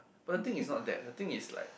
but the thing is not that the thing is like